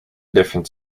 different